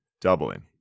Doubling